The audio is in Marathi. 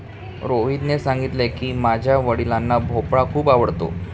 रोहितने सांगितले की, माझ्या वडिलांना भोपळा खूप आवडतो